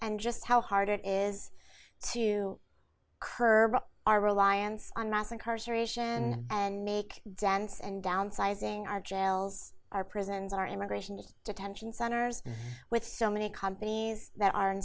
and just how hard it is to curb our reliance on mass incarceration and make sense and downsizing our jails our prisons our immigration detention centers with so many companies that are